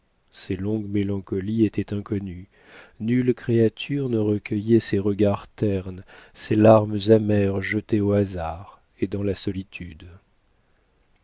ces longues mélancolies étaient inconnues nulle créature ne recueillait ses regards ternes ses larmes amères jetées au hasard et dans la solitude